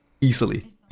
easily